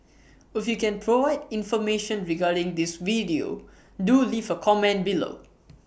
if you can provide information regarding this video do leave A comment below